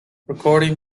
recording